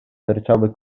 sterczały